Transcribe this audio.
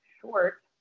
short